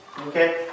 Okay